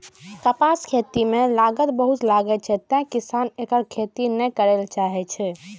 कपासक खेती मे लागत बहुत लागै छै, तें किसान एकर खेती नै करय चाहै छै